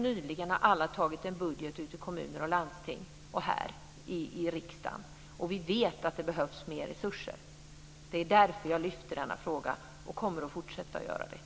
Nyligen har det antagits budgetar i kommuner, landsting och här i riksdagen. Vi vet att det behövs mer resurser. Det är därför som jag lyfter fram denna fråga, och jag kommer att fortsätta att göra det.